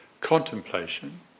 contemplation